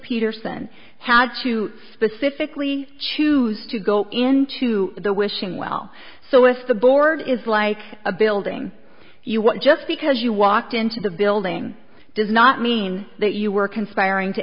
peterson had to specifically choose to go into the wishing well so if the board is like a building you what just because you walked into the building does not mean that you are conspiring to